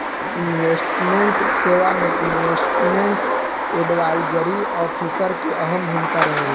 investment सेवा में investment advisory officer के अहम भूमिका रहेला